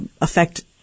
affect